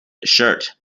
shirt